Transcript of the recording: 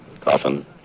Coffin